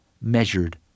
measured